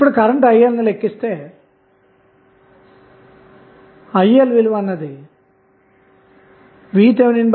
ఇప్పుడు 1 K ohm అంతటా గల వోల్టేజ్ విలువను కనుక్కోవాలి